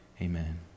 amen